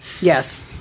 Yes